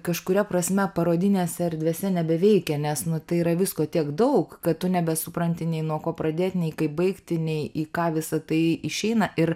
kažkuria prasme parodinėse erdvėse nebeveikia nes nu tai yra visko tiek daug kad tu nebesupranti nei nuo ko pradėt nei kaip baigti nei į ką visa tai išeina ir